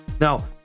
Now